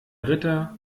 ritter